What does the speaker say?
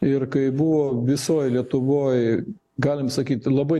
ir kai buvo visoj lietuvoj galim sakyt labai